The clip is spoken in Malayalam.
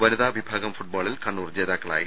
വനിതാ വിഭാഗം ഫുട്ബോളിൽ കണ്ണൂർ ജേതാക്കളായി